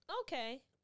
Okay